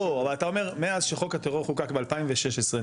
לא אבל אתה אומר מאז שחוק הטרור חוקק ב-2016 אני